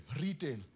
Retail